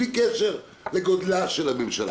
בלי קשר לגודלה של הממשלה,